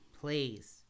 Please